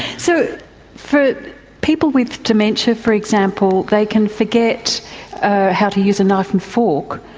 so for people with dementia, for example, they can forget how to use a knife and fork,